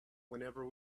whenever